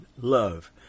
love